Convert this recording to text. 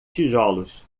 tijolos